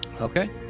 Okay